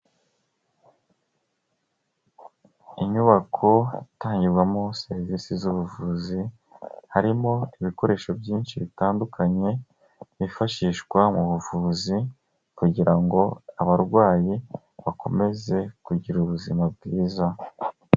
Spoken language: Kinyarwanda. Inyubako itangirwamo serivisi z'ubuvuzi, harimo ibikoresho byinshi bitandukanye bifashishwa mu buvuzi kugira ngo abarwayi bakomeze kugira ubuzima bwiza.